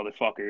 motherfucker